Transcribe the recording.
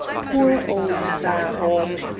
poor old fairholme!